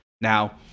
Now